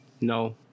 No